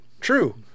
true